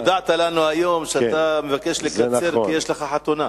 הודעת לנו היום שאתה מבקש לקצר, כי יש לך חתונה.